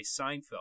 Seinfeld